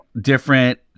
different